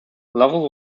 lovell